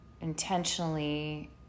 intentionally